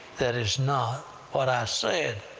that is not what i said.